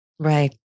right